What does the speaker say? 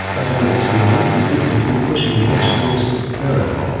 i found that some unlikely people had been pushing a nationalistic barrow,